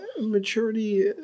maturity